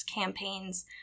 campaigns